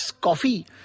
coffee